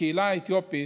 הקהילה האתיופית,